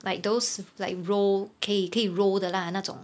like those like roll 可以可以 roll 的 lah 那种